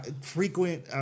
frequent